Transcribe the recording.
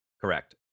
Correct